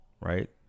right